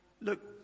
look